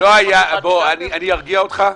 בוא, אני ארגיע אותך.